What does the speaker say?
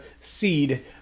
seed